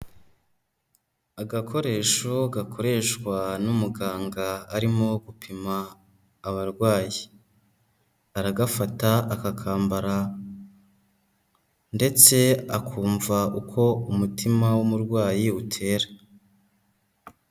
Agakoresho gakoreshwa n'umuganga arimo gupima abarwayi, aragafata akakambara ndetse akumva uko umutima w'umurwayi utera.